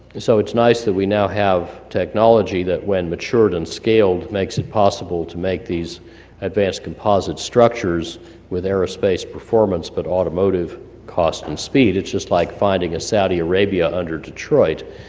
so it's nice that we now have technology that when matured and scaled makes it possible to make these advanced composite structures with aerospace performance, but automotive cost and speed. it's just like finding a saudi arabia under detroit,